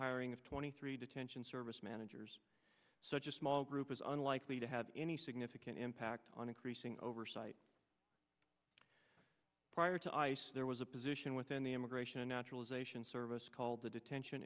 hiring of twenty three detention service managers such a small group is unlikely to have any significant impact on increasing oversight prior to ice there was a position within the immigration and naturalization service called the detention